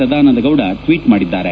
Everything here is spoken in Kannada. ಸದಾನಂದಗೌಡ ಟ್ನೀಟ್ ಮಾಡಿದ್ದಾರೆ